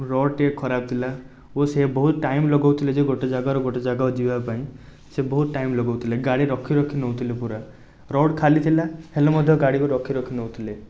road ଟିକିଏ ଖରାପ ଥିଲା ଓ ସେ ବହୁତ ଟାଇମ୍ ଲଗଉଥିଲେ ଯେ ଗୋଟେ ଜାଗାରୁ ଗୋଟେ ଜାଗାକୁ ଯିବାପାଇଁ ସିଏ ବହୁତ ଟାଇମ୍ ଲଗାଉଥିଲେ ଗାଡ଼ି ରଖିରଖି ନେଉଥିଲେ ପୁରା ରୋଡ଼୍ ଖାଲି ଥିଲା ହେଲେ ମଧ୍ୟ ଗାଡ଼ିକୁ ରଖି ରଖି ନେଉଥିଲେ